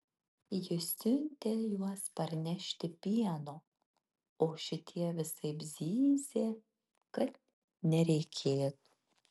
ji siuntė juos parnešti pieno o šitie visaip zyzė kad nereikėtų